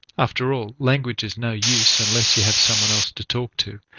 after all, language is no use unless you have someone else to talk to,